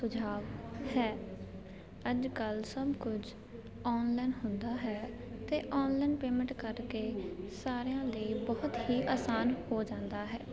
ਸੁਝਾਅ ਹੈ ਅੱਜ ਕੱਲ੍ਹ ਸਭ ਕੁਝ ਆਨਲਾਈਨ ਹੁੰਦਾ ਹੈ ਅਤੇ ਆਨਲਾਈਨ ਪੇਮੈਂਟ ਕਰਕੇ ਸਾਰਿਆਂ ਲਈ ਬਹੁਤ ਹੀ ਆਸਾਨ ਹੋ ਜਾਂਦਾ ਹੈ